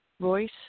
voice